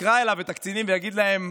יקרא אליו את הקצינים, יגיד להם: